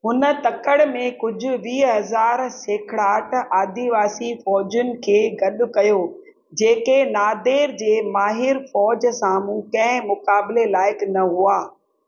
हुन तकड़ि में कुझ वीह हज़ार सेखिड़ाट आदीवासी फौजिनि खे गॾु कयो जेके नादेर जी माहिरु फौज साम्हूं कंहिं मुक़ाबिले लाइकु न हुआ